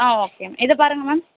ஆ okay ma'am இதை பாருங்கள் ma'am